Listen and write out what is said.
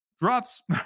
drops